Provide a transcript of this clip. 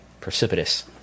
precipitous